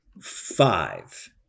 five